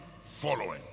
following